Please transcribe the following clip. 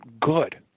good